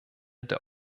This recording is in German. der